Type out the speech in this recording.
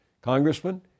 Congressman